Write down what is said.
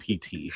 PT